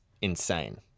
insane